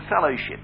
fellowship